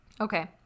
okay